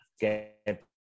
get